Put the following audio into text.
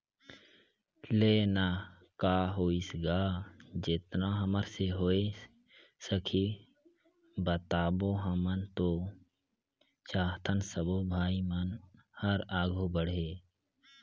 ले ना का होइस गा जेतना हमर से होय सकही बताबो हमन तो चाहथन सबो भाई मन हर आघू बढ़े